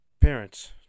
Parents